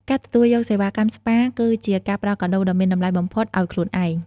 ការទទួលយកសេវាកម្មស្ប៉ាគឺជាការផ្ដល់កាដូដ៏មានតម្លៃបំផុតឱ្យខ្លួនឯង។